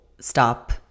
stop